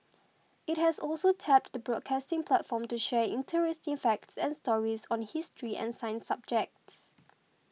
it has also tapped the broadcasting platform to share interesting facts and stories on history and science subjects